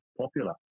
popular